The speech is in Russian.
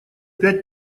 пять